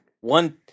One